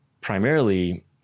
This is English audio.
primarily